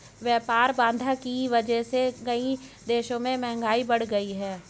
व्यापार बाधा की वजह से कई देशों में महंगाई बढ़ गयी है